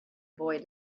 boy